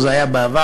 זה היה בעבר,